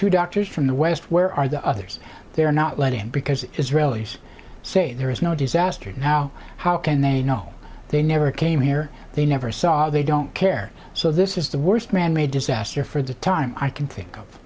two doctors from the west where are the others they are not letting because israelis say there is no disaster now how can they know they never came here they never saw they don't care so this is the worst manmade disaster for the time i can